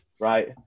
right